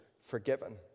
forgiven